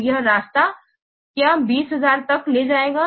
तो यह रास्ता क्या 20000 तक ले जाएगा